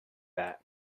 that